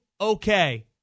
Okay